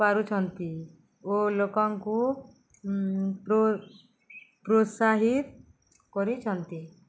ପାରୁଛନ୍ତି ଓ ଲୋକଙ୍କୁ ପ୍ରୋତ୍ସାହିତ କରିଛନ୍ତି